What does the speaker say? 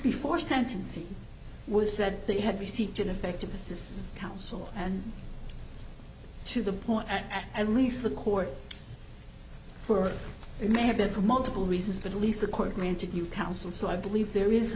before sentencing was that they had received ineffective assistance counsel and to the point at at least the court for it may have been for multiple reasons but at least the court granted you counsel so i believe there is